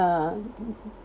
uh